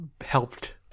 helped